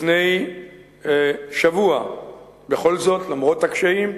לפני שבוע, בכל זאת, למרות הקשיים,